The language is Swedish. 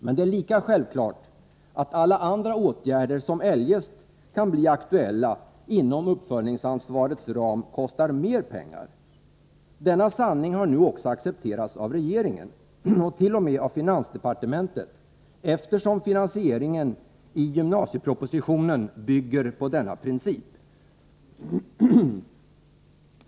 Men det är lika självklart att alla andra åtgärder som eljest kan bli aktuella inom uppföljningsansvarets ram kostar mer pengar. Denna sanning har nu accepterats också av regeringen och t.o.m. av finansdepartementet, eftersom finansieringen i gymnasiepropositionen bygger på denna princip.